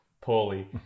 poorly